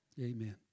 Amen